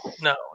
no